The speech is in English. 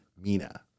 Mina